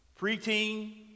Preteen